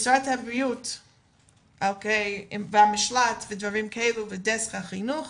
משרד הבריאות והמשלט ודסק החינוך